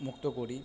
মুক্ত করি